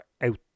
out